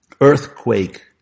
earthquake